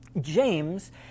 James